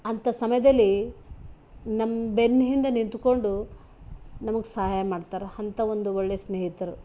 ಅಂತ ಸಮಯ್ದಲಿ ನಮ್ಮ ಬೆನ್ನ ಹಿಂದೆ ನಿಂತುಕೊಂಡು ನಮಗೆ ಸಹಾಯ ಮಾಡ್ತರಾ ಅಂಥ ಒಂದು ಒಳ್ಳೆ ಸ್ನೇಹಿತರು